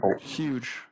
huge